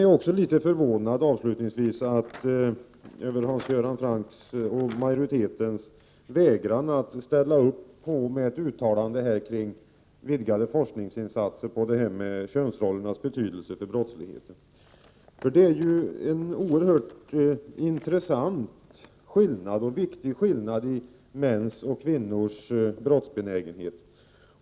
Jag är förvånad också över att Hans Göran Franck och utskottsmajoriteten vägrar att ställa sig bakom ett uttalande om vidgade insatser för forskning om könsrollernas betydelse för brottslighet. Det finns ju en oerhört intressant och viktig skillnad mellan mäns och kvinnors brottsbenägenhet.